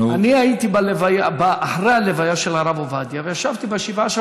אני הייתי אחרי הלוויה של הרב עובדיה וישבתי בשבעה.